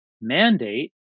mandate